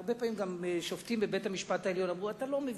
הרבה פעמים גם שופטים בבית-המשפט העליון אמרו: אתה לא מבין.